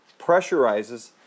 pressurizes